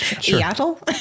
Seattle